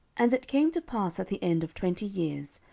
and it came to pass at the end of twenty years,